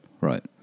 right